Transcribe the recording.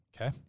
Okay